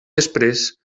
després